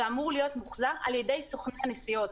ואמור להיות מוחזר על-ידי סוכני הנסיעות.